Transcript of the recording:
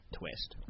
twist